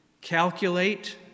calculate